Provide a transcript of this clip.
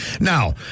Now